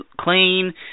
clean –